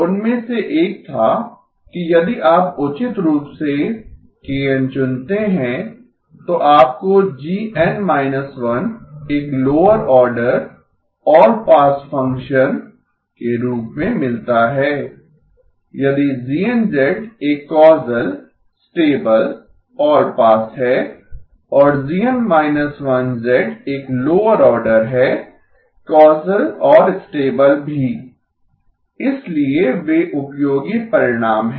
उनमें से एक था कि यदि आप उचित रूप से kN चुनते हैं तो आपको GN −1 एक lower order all pass function के रूप में मिलता है यदि GN एक causal stable allpass causal stable allpass है और GN −1 एक लोअर ऑर्डर है कौसल और स्टेबल भी इसलिए वे उपयोगी परिणाम हैं